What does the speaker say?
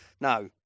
no